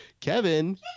Kevin